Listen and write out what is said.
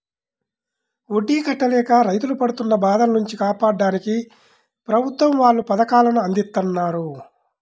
వడ్డీ కట్టలేక రైతులు పడుతున్న బాధల నుంచి కాపాడ్డానికి ప్రభుత్వం వాళ్ళు పథకాలను అందిత్తన్నారు